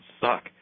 suck